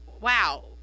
wow